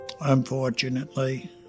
Unfortunately